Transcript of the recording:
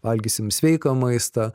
valgysim sveiką maistą